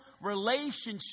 relationship